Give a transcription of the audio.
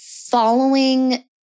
following